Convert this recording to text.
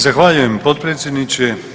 Zahvaljujem potpredsjedniče.